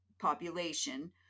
population